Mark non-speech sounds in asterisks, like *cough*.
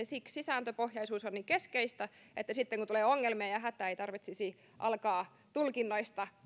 *unintelligible* siksi sääntöpohjaisuus on niin keskeistä että sitten kun tulee ongelmia ja hätää ei tarvitsisi alkaa tulkinnoista